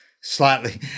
slightly